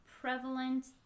prevalent